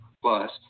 plus